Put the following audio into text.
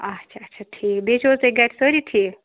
اچھا اچھ ٹھیٖک بیٚیہِ چھِوا تۄہہِ گرِ سٲری ٹھیٖک